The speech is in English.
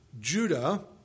Judah